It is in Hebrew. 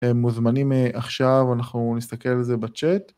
הם מוזמנים עכשיו, אנחנו נסתכל על זה בצ'אט.